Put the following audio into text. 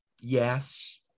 Yes